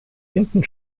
hinten